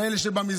גם לאלה שבמזנון.